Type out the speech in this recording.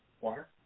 Water